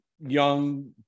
young